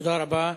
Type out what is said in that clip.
תודה רבה.